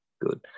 good